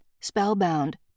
spellbound